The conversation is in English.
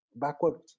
backwards